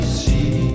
see